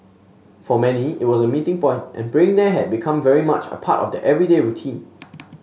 for many it was a meeting point and praying there had become very much a part of their everyday routine